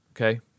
Okay